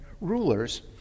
rulers